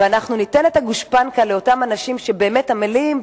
ואנחנו ניתן את הגושפנקה לאותם אנשים שבאמת עמלים,